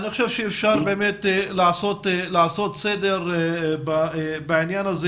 אני חושב שאפשר לעשות סדר בעניין הזה